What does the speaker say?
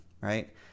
right